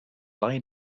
lie